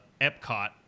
Epcot